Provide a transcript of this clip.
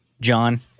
John